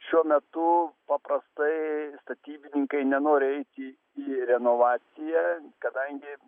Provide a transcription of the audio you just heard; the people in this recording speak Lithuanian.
šiuo metu paprastai statybininkai nenori eiti į renovaciją kadangi